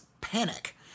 panic